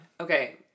Okay